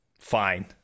fine